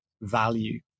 value